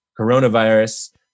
coronavirus